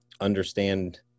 understand